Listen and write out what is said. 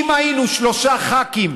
אם היינו שלושה ח"כים,